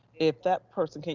if that person can,